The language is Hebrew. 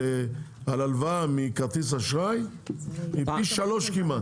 הלוואה מכרטיס אשראי היא פי שלושה כמעט.